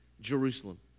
Jerusalem